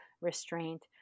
restraint